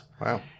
Wow